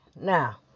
now